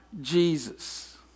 Jesus